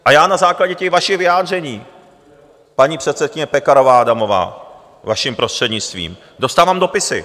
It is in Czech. A já na základě těch vašich vyjádření, paní předsedkyně Pekarová Adamová, vaším prostřednictvím, dostávám dopisy.